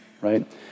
right